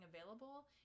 available